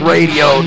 Radio